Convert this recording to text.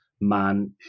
man